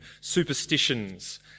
superstitions